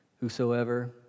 Whosoever